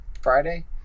Friday